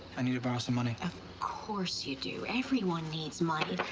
i need to borrow some money. of course you do. everyone needs money.